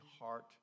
heart